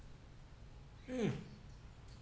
mm